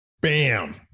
Bam